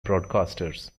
broadcasters